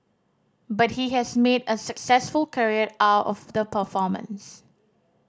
but he has made a successful career out of the performance